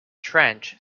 trench